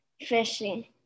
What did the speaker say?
fishing